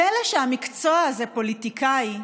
פלא שהמקצוע הזה, פוליטיקאי,